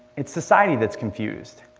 it's society that's confused.